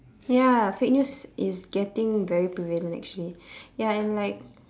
ya fake news is getting very prevalent actually ya and like